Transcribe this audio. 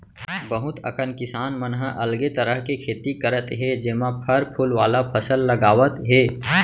बहुत अकन किसान मन ह अलगे तरह के खेती करत हे जेमा फर फूल वाला फसल लगावत हे